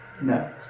No